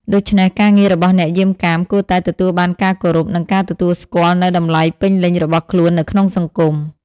ដូច្នេះ ការងាររបស់អ្នកយាមកាមគួរតែទទួលបានការគោរព និងការទទួលស្គាល់នូវតម្លៃពេញលេញរបស់ខ្លួននៅក្នុងសង្គម។